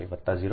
5 વત્તા 0